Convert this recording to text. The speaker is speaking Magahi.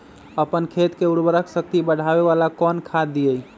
अपन खेत के उर्वरक शक्ति बढावेला कौन खाद दीये?